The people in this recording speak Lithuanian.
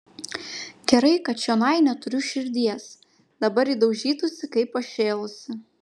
gerai kad čionai neturiu širdies dabar ji daužytųsi kaip pašėlusi